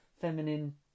feminine